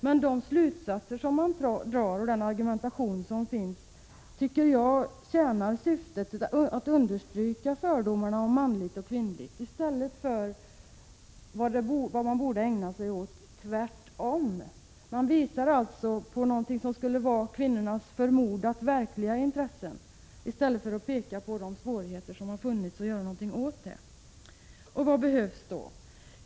Men de slutsatser som man drar och den argumentation som har förekommit tycker jag tjänar syftet att understryka fördomarna om manligt och kvinnligt. I stället borde man ägna sig åt det motsatta. Man visar på något som skulle vara kvinnornas förmodade verkliga intressen i stället för att peka på de svårigheter som har funnits och göra någonting åt dem. Vad behövs då?